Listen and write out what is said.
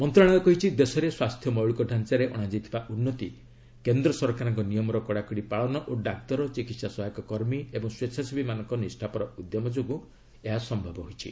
ମନ୍ତ୍ରଣାଳୟ କହିଛି ଦେଶରେ ସ୍ୱାସ୍ଥ୍ୟ ମୌଳିକ ତାଞ୍ଚାରେ ଅଣାଯାଇଥିବା ଉନ୍ନତି କେନ୍ଦ୍ର ସରକାରଙ୍କ ନିୟମର କଡ଼ାକଡ଼ି ପାଳନ ଓ ଡାକ୍ତର ଚିକିହା ସହାୟକ କର୍ମୀ ଏବଂ ସ୍ୱେଚ୍ଛାସେବୀମାନଙ୍କ ନିଷ୍ଠାପର ଉଦ୍ୟମ ଯୋଗୁଁ ଏହା ସମ୍ଭବ ହୋଇଛି